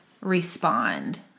respond